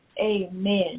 Amen